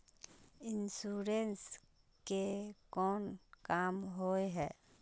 Insurance के कोन काम होय है?